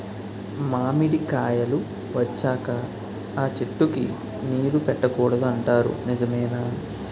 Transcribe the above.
మామిడికాయలు వచ్చాక అ చెట్టుకి నీరు పెట్టకూడదు అంటారు నిజమేనా?